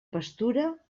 pastura